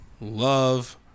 love